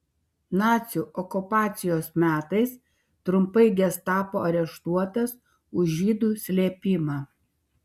nacių okupacijos metais trumpai gestapo areštuotas už žydų slėpimą